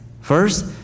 First